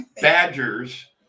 badgers